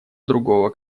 другого